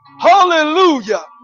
Hallelujah